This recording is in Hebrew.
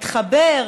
התחבר,